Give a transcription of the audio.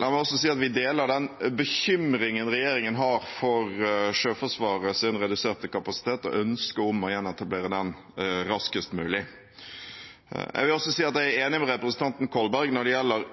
La meg også si at vi deler den bekymringen regjeringen har for Sjøforsvarets reduserte kapasitet, og ønsket om å gjenetablere den raskest mulig. Jeg vil også si at jeg er enig med representanten Kolberg når det gjelder